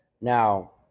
now